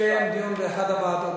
יתקיים דיון באחת הוועדות.